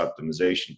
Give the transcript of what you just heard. optimization